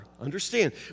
Understand